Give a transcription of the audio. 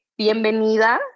bienvenida